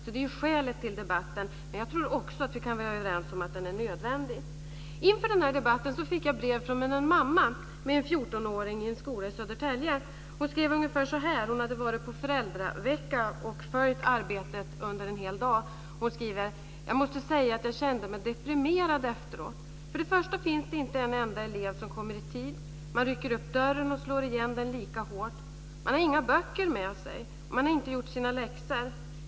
Detta är skälet till debatten. Men jag tror också att vi kan vara överens om att den är nödvändig. Inför denna debatt fick jag brev från en mamma med en 14-åring i en skola i Södertälje. Hon hade varit på föräldravecka och följt arbetet under en hel dag. Hon skriver: Jag måste säga att jag kände mig deprimerad efteråt. Det finns inte en enda elev som kommer i tid. Man rycker upp dörren och slår igen den lika hårt. Man har inga böcker med sig. Man har inte gjort sina läxor.